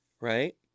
Right